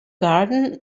garden